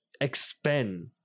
expand